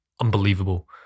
unbelievable